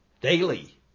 daily